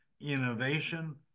innovation